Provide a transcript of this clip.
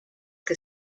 que